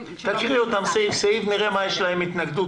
תקריאי את הסעיפים ונראה למה יש התנגדות.